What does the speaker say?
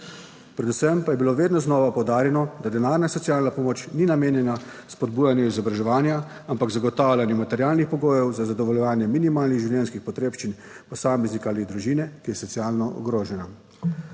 Predvsem pa je bilo vedno znova poudarjeno, da denarna socialna pomoč ni namenjena spodbujanju izobraževanja, ampak zagotavljanju materialnih pogojev za zadovoljevanje minimalnih življenjskih potrebščin posameznika ali družine, ki je socialno ogrožena.